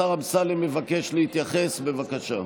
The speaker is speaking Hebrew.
השר אמסלם מבקש להתייחס, בבקשה.